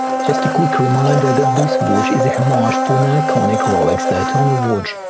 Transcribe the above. just a quick reminder that this watch is a homage to an iconic rolex daytona watch,